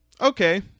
okay